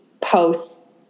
posts